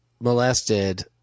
molested